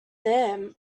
there